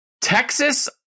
Texas